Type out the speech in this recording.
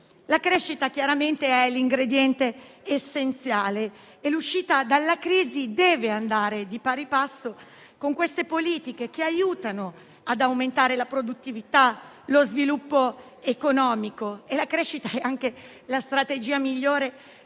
La crescita chiaramente è l'ingrediente essenziale e l'uscita dalla crisi deve andare di pari passo con queste politiche che aiutano ad aumentare la produttività e lo sviluppo economico. La crescita è anche la strategia migliore per